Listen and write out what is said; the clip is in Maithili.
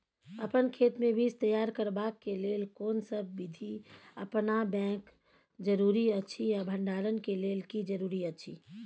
अपन खेत मे बीज तैयार करबाक के लेल कोनसब बीधी अपनाबैक जरूरी अछि आ भंडारण के लेल की जरूरी अछि?